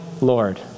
Lord